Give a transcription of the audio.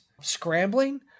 scrambling